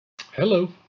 Hello